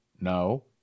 No